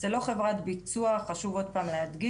זו לא חברת ביצוע, חשוב עוד פעם להדגיש.